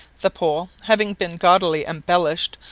the pole, having been gaudily embellished,